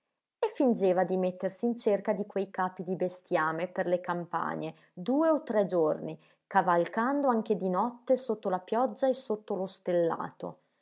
e fingeva di mettersi in cerca di quei capi di bestiame per le campagne due o tre giorni cavalcando anche di notte sotto la pioggia e sotto lo stellato